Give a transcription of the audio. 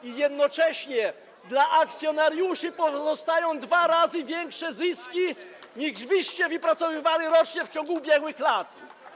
I jednocześnie dla akcjonariuszy pozostają dwa razy większe zyski, niż wyście wypracowywali rocznie w ciągu ubiegłych lat.